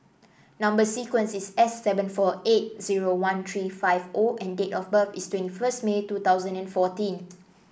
Number sequence is S seven four eight zero one three five O and date of birth is twenty first May two thousand and fourteen